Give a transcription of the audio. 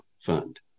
fund